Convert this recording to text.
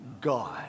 God